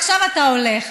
ועכשיו אתה הולך.